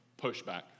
pushback